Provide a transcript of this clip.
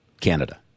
Canada